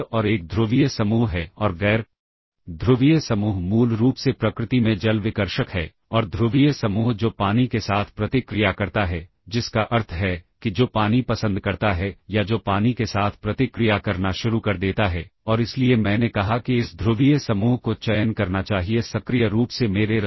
तो प्रोग्राम क्या करता है इस डेटा की सामग्री को एक रजिस्टर पर संग्रहीत करने के लिए कॉलिंग प्रोग्राम क्या करता है यह सामग्री को मेमोरी स्थान में संग्रहीत कर सकता है और सबरूटीन स्थान से डेटा को फिर से करेगा और इसका उपयोग करेगा